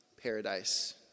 paradise